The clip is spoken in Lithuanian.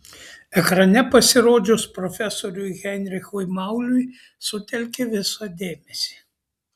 ekrane pasirodžius profesoriui heinrichui mauliui sutelkė visą dėmesį